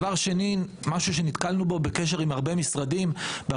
הדבר השני הוא משהו שנתקלנו בו בקשר עם הרבה משרדים אני